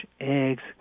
eggs